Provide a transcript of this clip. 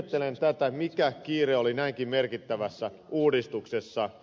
ihmettelen tätä mikä kiire oli näinkin merkittävässä uudistuksessa